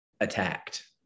attacked